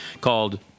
called